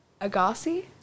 Agassi